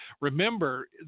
remember